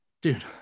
dude